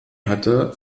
hatte